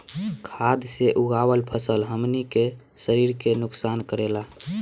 खाद्य से उगावल फसल हमनी के शरीर के नुकसान करेला